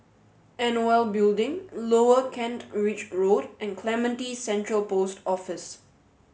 N O L Building Lower Kent Ridge Road and Clementi Central Post Office